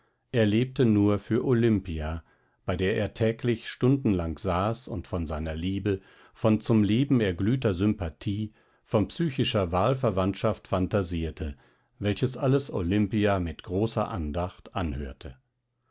er lebte nur für olimpia bei der er täglich stundenlang saß und von seiner liebe von zum leben erglühter sympathie von psychischer wahlverwandtschaft fantasierte welches alles olimpia mit großer andacht anhörte